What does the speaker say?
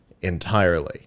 entirely